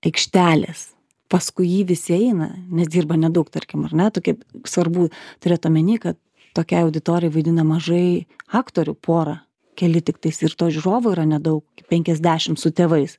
aikštelės paskui jį visi eina nes dirba nedaug tarkim ar ne tokie svarbu turėt omeny kad tokiai auditorijai vaidina mažai aktorių porą keli tiktais ir to žiūrovų yra nedaug penkiasdešimt su tėvais